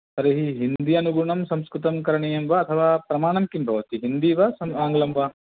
तर्हि हिन्दि अनुगुणं संस्कृतं करणीयं वा अथवा प्रमाणं किं भवति हिन्दि वा आङ्ग्लं वा